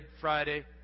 Friday